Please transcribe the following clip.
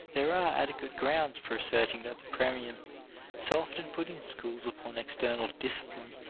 there are adequate grounds for asserting that the premium so often put in schools upon external discipline,